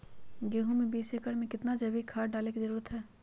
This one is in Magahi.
गेंहू में बीस एकर में कितना जैविक खाद डाले के जरूरत है?